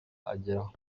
ageraho